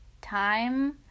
time